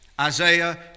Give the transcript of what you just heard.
Isaiah